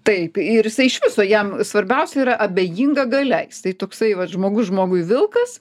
taip ir jisai iš viso jam svarbiausia yra abejinga galia jisai toksai vat žmogus žmogui vilkas